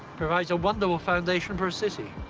provides a wonderful foundation for a city.